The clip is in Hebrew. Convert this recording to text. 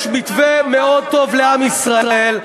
יש מתווה מאוד טוב לעם ישראל.